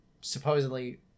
supposedly